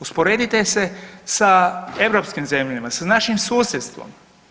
Usporedite se sa europskim zemljama, sa našim susjedstvom.